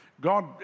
God